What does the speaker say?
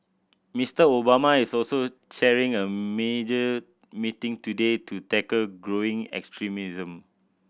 Mister Obama is also chairing a major meeting today to tackle growing extremism